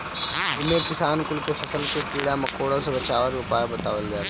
इमे किसान कुल के फसल के कीड़ा मकोड़ा से बचावे के उपाय बतावल जाला